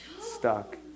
stuck